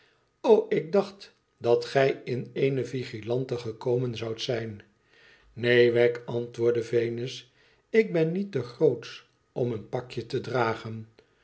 ik dacht dat gij in eene vigilante gekomen zoudt zijn neen wegg antwoordt venus ilk ben niet te grootsch om een pakje te dragen